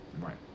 right